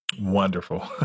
Wonderful